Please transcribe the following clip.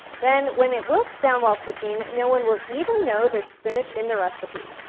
then, when it wilts down while cooking, no one will even know there's spinach in the recipe.